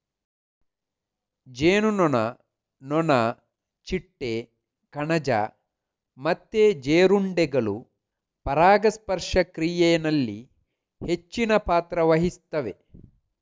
ಜೇನುನೊಣ, ನೊಣ, ಚಿಟ್ಟೆ, ಕಣಜ ಮತ್ತೆ ಜೀರುಂಡೆಗಳು ಪರಾಗಸ್ಪರ್ಶ ಕ್ರಿಯೆನಲ್ಲಿ ಹೆಚ್ಚಿನ ಪಾತ್ರ ವಹಿಸ್ತವೆ